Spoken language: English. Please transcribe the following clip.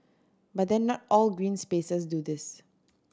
but then not all green spaces do this